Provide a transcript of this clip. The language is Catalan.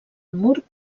mur